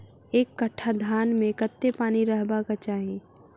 एक कट्ठा धान मे कत्ते पानि रहबाक चाहि?